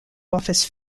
office